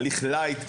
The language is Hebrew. הליך לייט,